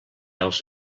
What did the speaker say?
els